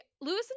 Lewis